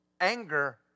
anger